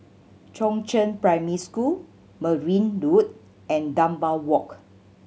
Chongzheng Primary School Merryn Road and Dunbar Walk